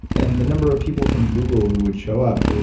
and the number of people from google who would show up,